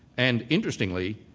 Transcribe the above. and interestingly,